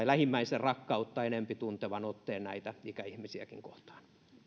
lähimmäisenrakkautta tuntevan otteen näitä ikäihmisiäkin kohtaan